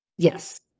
Yes